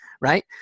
right